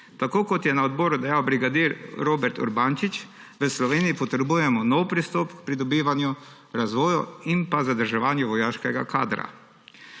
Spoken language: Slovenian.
Tako kot je na odboru dejal brigadir Robert Urbančič – v Sloveniji potrebujemo nov pristop pri pridobivanju, razvoju in pa zadrževanju vojaškega kadra.